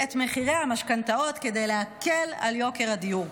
את מחירי המשכנתאות כדי להקל על יוקר הדיור.